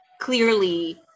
clearly